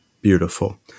beautiful